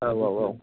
औ औ औ